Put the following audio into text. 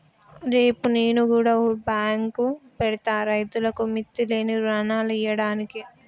రేపు నేను గుడ ఓ బాంకు పెడ్తా, రైతులకు మిత్తిలేని రుణాలియ్యడానికి